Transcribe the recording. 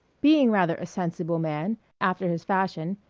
being rather a sensible man, after his fashion,